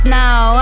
now